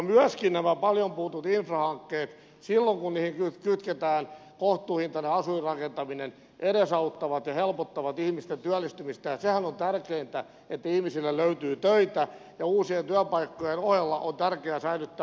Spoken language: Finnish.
myöskin nämä paljon puhutut infrahankkeet silloin kun niihin kytketään kohtuuhintainen asuinrakentaminen edesauttavat ja helpottavat ihmisten työllistymistä ja sehän on tärkeintä että ihmisille löytyy töitä ja uusien työpaikkojen ohella on tärkeää säilyttää olemassa olevia ja siihen tällä pyritään